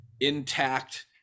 intact